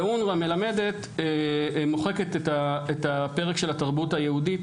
ואונר"א מוחקת את הפרק של התרבות היהודית